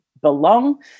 belong